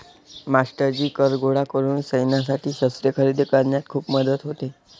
मास्टरजी कर गोळा करून सैन्यासाठी शस्त्रे खरेदी करण्यात खूप मदत होते